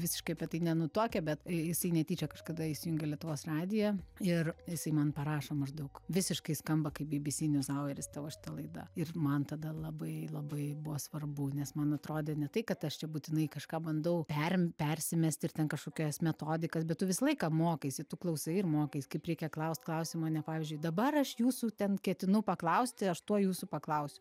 visiškai apie tai nenutuokia bet jisai netyčia kažkada įsijungė lietuvos radiją ir jisai man parašo maždaug visiškai skamba kaip bbc niuzaueris tavo šita laida ir man tada labai labai buvo svarbu nes man atrodė ne tai kad aš čia būtinai kažką bandau perimt persimesti ir ten kažkokias metodikas bet tu visą laiką mokaisi tu klausai ir mokais kaip reikia klaust klausimo ne pavyzdžiui dabar aš jūsų ten ketinu paklausti aš tuo jūsų paklausiu